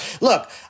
look